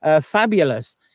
Fabulous